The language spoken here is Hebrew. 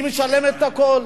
היא משלמת את הכול.